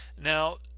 Now